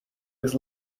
was